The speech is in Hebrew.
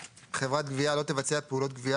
(2)חברת גבייה לא תבצע פעולות גבייה